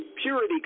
purity